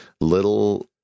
little